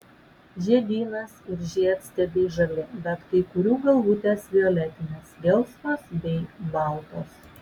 žiedynas ir žiedstiebiai žali bet kai kurių galvutės violetinės gelsvos bei baltos